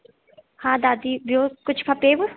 हा दादी ॿियो कुझु खपेव